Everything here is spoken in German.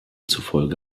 zufolge